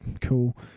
cool